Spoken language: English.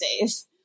days